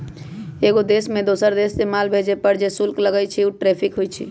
एगो देश से दोसर देश मे माल भेजे पर जे शुल्क लगई छई उ टैरिफ होई छई